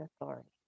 authority